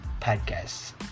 podcast